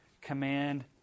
command